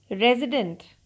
resident